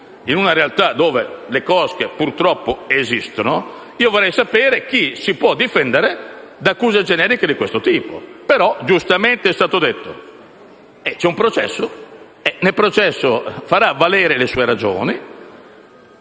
in una realtà dove le cosche, purtroppo, esistono. Vorrei sapere chi si può difendere da accuse generiche di questo tipo. Giustamente è stato detto che c'è un processo e, in quell'ambito, egli farà valere le sue ragioni